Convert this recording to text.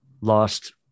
lost